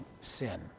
sin